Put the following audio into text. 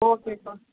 ஓகேப்பா